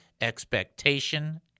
expectation